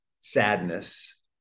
sadness